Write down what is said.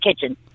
kitchen